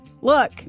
Look